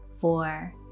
four